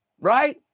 right